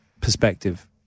perspective